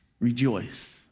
rejoice